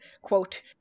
Quote